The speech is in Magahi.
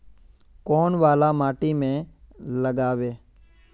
कौन वाला माटी में लागबे?